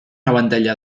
abantaila